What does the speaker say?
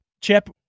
Chip